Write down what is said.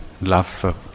love